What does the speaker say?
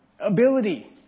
ability